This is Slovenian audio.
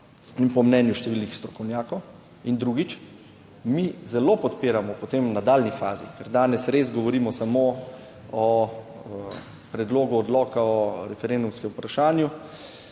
in po mnenju številnih strokovnjakov. In drugič, mi zelo podpiramo potem v nadaljnji fazi, ker danes res govorimo samo o predlogu odloka o referendumskem vprašanju,